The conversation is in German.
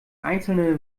einzelne